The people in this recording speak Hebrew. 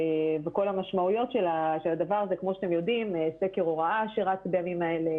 וכל המשמעויות של הדבר הזה כמו שאתם יודעים סקר הוראה שרץ בימים אלה,